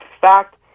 fact